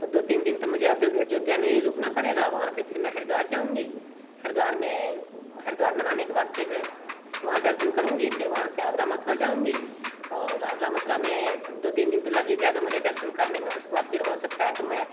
तो दो तीन दिन तो मुझे अयोध्या में ही रुकना पड़ेगा वहाँ से फिर मैं हरिद्वार जाऊँगी हरिद्वार में हरिद्वार नहाने के बाद फिर वहाँ दर्शन करूँगी फिर वहाँ से आगरा मथुरा जाऊँगी और आगरा मथुरा में दो तीन दिन तो लग ही जाएगा मुझे दर्शन करने में उसमे बाद फिर हो सकता है तो मैं